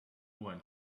one